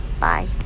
Bye